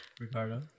Ricardo